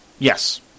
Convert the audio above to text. Yes